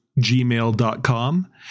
gmail.com